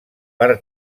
per